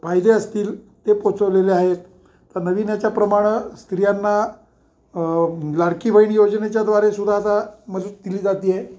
फायदे असतील ते पोचवलेले आहेत त नवीन याच्या प्रमाणं स्त्रियांना अ लाडकी बहिण योजनेच्या द्वारे सुद्धा आता मजूत दिली जातीय